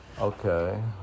Okay